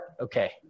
Okay